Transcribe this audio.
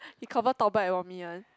he confirm talk bad about me one